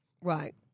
Right